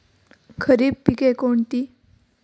खरीप पिके कोणती?